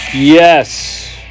Yes